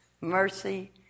mercy